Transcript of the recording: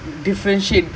separate lah